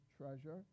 treasure